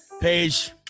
page